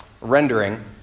rendering